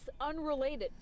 unrelated